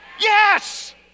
Yes